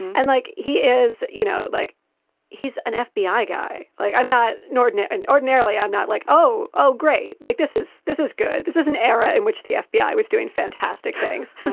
and like he is, you know, like he's an fbi ah guy. like, i'm not nordin. and ordinarily, i'm not like, oh. oh, great. like, this is this is good. this is an era in which the fbi was doing fantastic things.